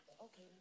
Okay